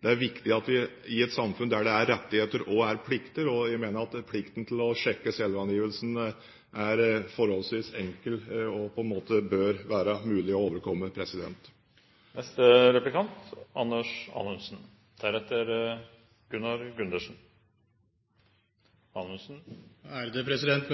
Det er viktig at i et samfunn der det er rettigheter, også er plikter. Jeg mener at plikten til å sjekke selvangivelsen er forholdsvis enkel og bør være mulig å overkomme. Med